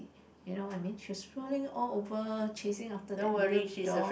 you know I mean she's rolling all over chasing after that little dog